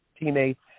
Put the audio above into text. teammates